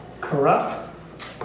corrupt